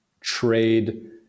trade